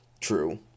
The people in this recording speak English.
True